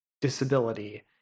disability